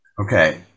Okay